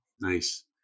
Nice